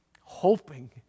hoping